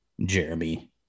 Jeremy